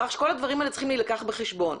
כל הדברים האלה צריכים להילקח בחשבון.